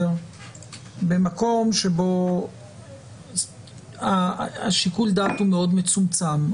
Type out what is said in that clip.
במקום שבו שיקול הדעת מאוד מצומצם,